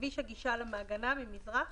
לכביש הגישה למעגנה, ממזרח,